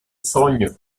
sogno